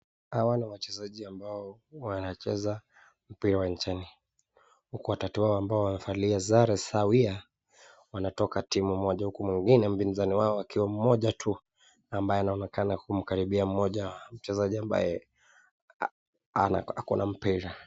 Hawa ni wachezaji ambao wanacheza mpira uwanjani , huku watatu wao ambao wamevalia sare sawia wanatoka timu moja, huku mwingine mpinzani wao akiwa ni mmoja tu, ambaye anaonekana kumkaribia mmoja mchezaji ambaye ako na mpira.